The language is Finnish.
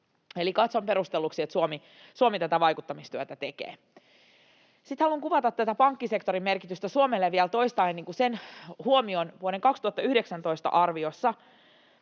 Eli katson perustelluksi, että Suomi tätä vaikuttamistyötä tekee. Sitten haluan kuvata tätä pankkisektorin merkitystä Suomelle vielä toistaen sen huomion vuoden 2019 arviosta,